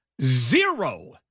Zero